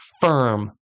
firm